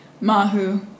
Mahu